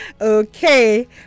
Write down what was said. Okay